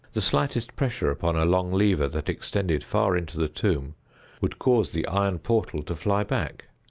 the slightest pressure upon a long lever that extended far into the tomb would cause the iron portal to fly back.